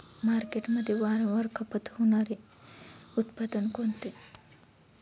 मार्केटमध्ये वारंवार खपत होणारे उत्पादन कोणते?